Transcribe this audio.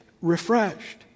refreshed